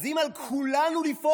אז אם על כולנו לפעול,